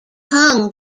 kung